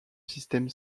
système